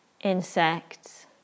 insects